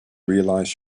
realize